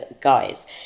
guys